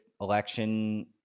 election